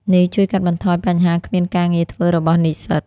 នេះជួយកាត់បន្ថយបញ្ហាគ្មានការងារធ្វើរបស់និស្សិត។